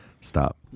Stop